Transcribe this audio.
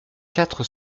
quatre